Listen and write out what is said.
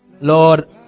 Lord